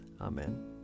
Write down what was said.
Amen